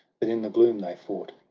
but in the gloom they fought,